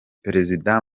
perezida